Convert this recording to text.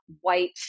white